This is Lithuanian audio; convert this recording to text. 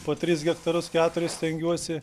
po tris hektarus keturis stengiuosi